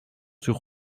sur